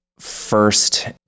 first